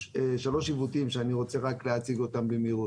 שלושה עיוותים שאני רוצה להציג אותם במהירות.